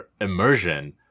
immersion